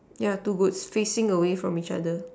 yea two boots facing away from each other